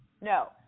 No